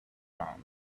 round